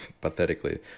pathetically